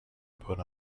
put